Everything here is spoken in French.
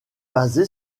basé